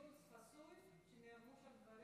גברתי היושבת-ראש, דיון חסוי שנאמרו בו דברים